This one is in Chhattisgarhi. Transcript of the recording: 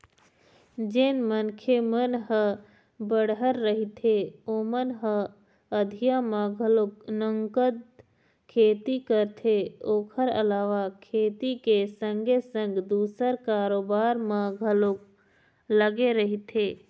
जेन मनखे मन ह बड़हर रहिथे ओमन ह अधिया म घलोक नंगत खेती करथे ओखर अलावा खेती के संगे संग दूसर कारोबार म घलोक लगे रहिथे